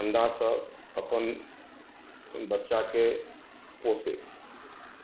ठण्डासँ अपन बच्चाके पोसै